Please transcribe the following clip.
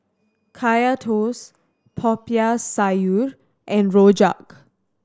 Kaya Toast Popiah Sayur and rojak